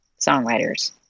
songwriters